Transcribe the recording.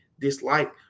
dislike